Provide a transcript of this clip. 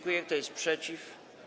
Kto jest przeciw?